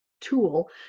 tool